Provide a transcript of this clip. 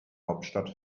hauptstadt